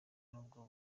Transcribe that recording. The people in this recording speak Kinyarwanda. n’ubwo